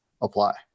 apply